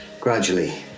Gradually